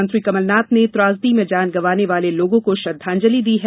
मुख्यमंत्री कमल नाथ ने त्रासदी में जान गंवाने वाले लोगों को श्रद्वांजलि दी है